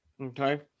Okay